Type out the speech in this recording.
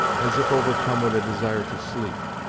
as if overcome with a desire to sleep.